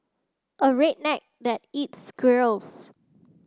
a redneck that eats squirrels